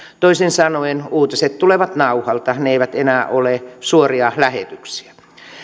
toisin sanoen uutiset tulevat nauhalta ne eivät enää ole suoria lähetyksiä